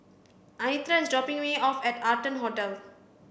Anitra is dropping me off at Arton Hotel